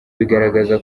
bigaragaza